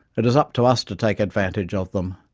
it is up to us to take advantage of them.